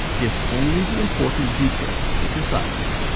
give only the important details. be concise.